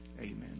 Amen